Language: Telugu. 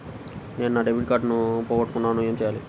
నేను నా డెబిట్ కార్డ్ పోగొట్టుకున్నాను ఏమి చేయాలి?